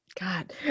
God